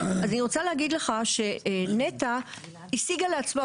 אני רוצה להגיד לך שנת"ע השיגה לעצמה